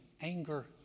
anger